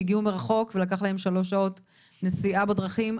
שהגיעו מרחוק ולקחו להם שלוש שעות נסיעה בדרכים.